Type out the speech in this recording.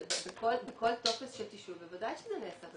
בכל טופס של תשאול בוודאי שזה נאסף,